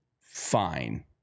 fine